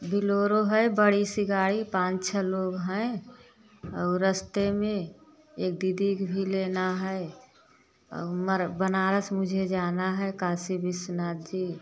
Bolero है बड़ी सी गाड़ी पाँच छः लोग हैं और रास्ते में एक दीदी के भी लेना है औ मर बनारस मुझे जाना है काशी विश्वनाथ जी